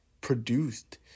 produced